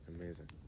Amazing